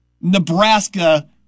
Nebraska